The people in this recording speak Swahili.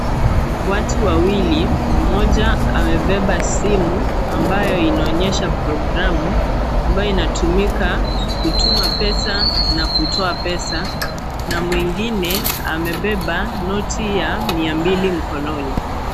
Watu wawili mmoja amebeba simu ambayo inaonyesha progiramu ambayo inatumika kutuma pesa na kutoa pesa na mwingine amebeba noti ya mia mbili mkononi.